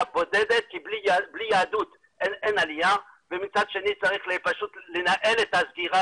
בודדת כי בלי יהדות אין עלייה ומצד שני צריך לנהל את הסגירה